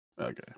Okay